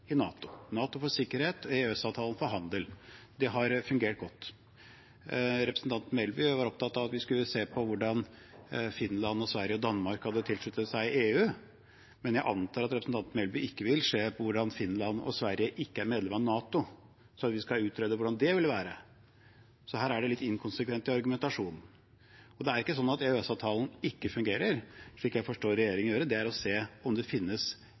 NATO – NATO for sikkerhet og EØS-avtalen for handel. Det har fungert godt. Representanten Melby var opptatt av at vi skulle se på hvordan Finland, Sverige og Danmark hadde tilsluttet seg EU, men jeg antar at representanten Melby ikke vil se på hvordan det er for Finland og Sverige å ikke være medlem av NATO og utrede hvordan det ville være. Her er det litt inkonsekvens i argumentasjonen. Det er ikke sånn at EØS-avtalen ikke fungerer. Det jeg forstår at regjeringen vil gjøre, er å se om det finnes